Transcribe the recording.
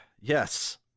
Yes